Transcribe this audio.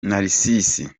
narcisse